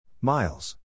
Miles